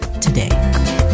today